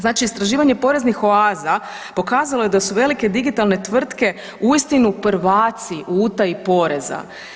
Znači istraživanje poreznih oaza pokazalo je da su velike digitalne tvrtke uistinu prvaci u utaji poreza.